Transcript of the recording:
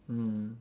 mm